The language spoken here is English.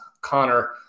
Connor